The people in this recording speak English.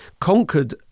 conquered